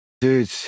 dude